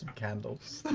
candles.